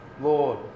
Lord